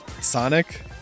Sonic